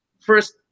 First